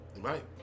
Right